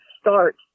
start